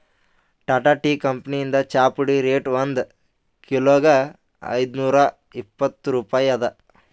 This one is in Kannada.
ಟಾಟಾ ಟೀ ಕಂಪನಿದ್ ಚಾಪುಡಿ ರೇಟ್ ಒಂದ್ ಕಿಲೋಗಾ ಐದ್ನೂರಾ ಇಪ್ಪತ್ತ್ ರೂಪಾಯಿ ಅದಾ